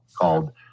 called